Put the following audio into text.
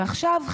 ועכשיו,